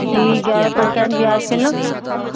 جی گیارہ پرسینٹ بیاج پہ نا